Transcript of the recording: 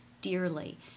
dearly